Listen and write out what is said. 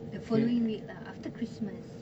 the following week lah after christmas